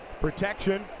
Protection